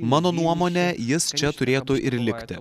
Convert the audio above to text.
mano nuomone jis čia turėtų ir likti